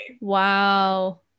wow